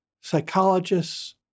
psychologists